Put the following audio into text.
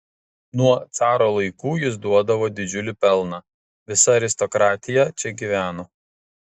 nuo caro laikų jis duodavo didžiulį pelną visa aristokratija čia gyveno